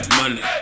money